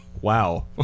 Wow